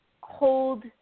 hold